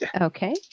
okay